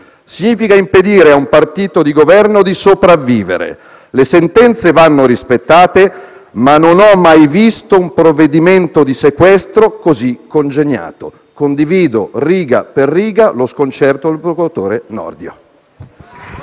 Significa impedire a un partito di Governo di sopravvivere. Le sentenze vanno rispettate, ma non ho mai visto un provvedimento di sequestro così congegnato». Condivido riga per riga lo sconcerto del procuratore Nordio.